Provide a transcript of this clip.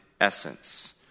essence